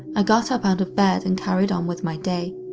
ah got up out of bed and carried on with my day.